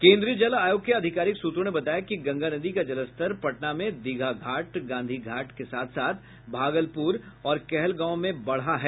केन्द्रीय जल आयोग के आधिकारिक सूत्रों ने बताया कि गंगा नदी का जलस्तर पटना में दीघा घाट गांधी घाट के साथ साथ भागलपुर और कहलागांव में बढ़ा है